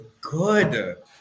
good